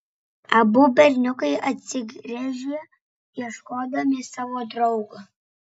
abu berniukai atsigręžė ieškodami savo draugo